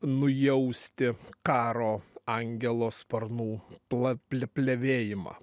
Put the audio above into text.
nujausti karo angelo sparnų pla plia pliavėjimą